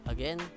Again